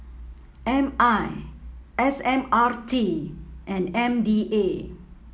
M I S M R T and M D A